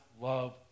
love